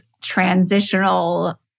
transitional